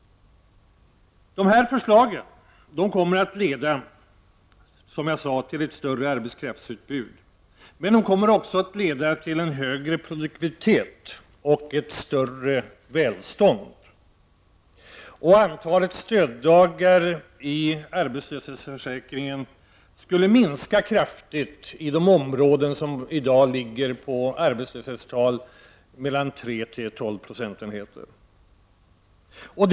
Dessa förslag kommer att leda till, som jag sade, ett större arbetskraftsutbud, men de kommer också att leda till en högre produktivitet och ett större välstånd. Antalet stöddagar i arbetslöshetsförsäkringen skulle därmed minska kraftigt i de områden som i dag ligger på arbetslöshetstal mellan 3 och 12 20.